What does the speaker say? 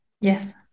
Yes